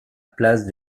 place